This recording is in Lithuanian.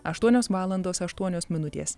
aštuonios valandos aštuonios minutės